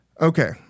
Okay